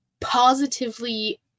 Positively